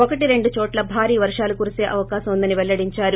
ఒకటి రెండు చోట్ల భారీ వర్షాలు కురిసీ అవకాశం ఉందని పెల్లడించారు